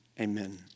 Amen